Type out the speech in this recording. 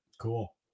Cool